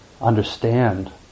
understand